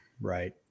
Right